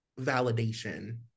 validation